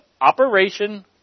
operation